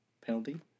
penalty